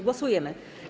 Głosujemy.